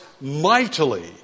mightily